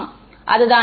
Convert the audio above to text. மாணவர் அதுதான்